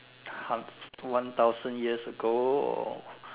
uh one thousand years ago